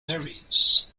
berries